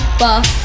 buff